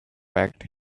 packed